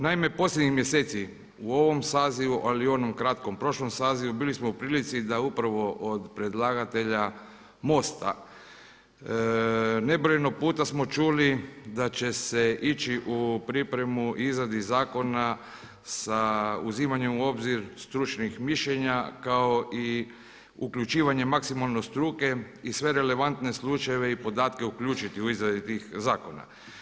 Naime, posljednjih mjeseci u ovom sazivu ali i u onom kratkom prošlom sazivu bili smo u prilici da upravo od predlagatelja MOST-a nebrojeno puta smo čuli da će se ići u pripremu i izradu zakona sa uzimanjem u obzir stručnih mišljenja kao i uključivanje maksimalno struke i sve relevantne slučajeve i podatke uključiti u izradi tih zakona.